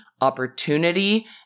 opportunity